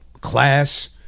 class